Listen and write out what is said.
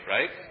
Right